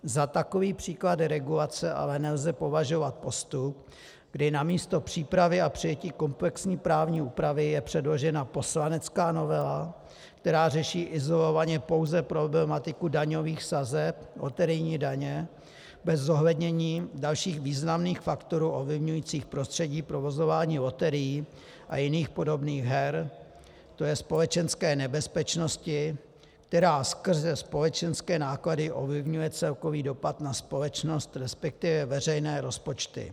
Za takový příklad regulace ale nelze považovat postup, kdy namísto přípravy a přijetí komplexní právní úpravy je předložena poslanecká novela, která řeší izolovaně pouze problematiku daňových sazeb, loterijní daně, bez zohlednění dalších významných faktorů ovlivňujících prostředí provozování loterií a jiných podobných her, tj. společenské nebezpečnosti, která skrze společenské náklady ovlivňuje celkový dopad na společnost, resp. veřejné rozpočty.